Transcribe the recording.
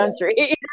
country